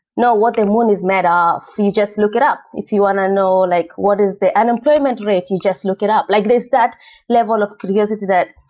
know what the moon is made off, you just look it up. if you want to know like what is the unemployment rate, you just look it up. like there's that level of curiosity there.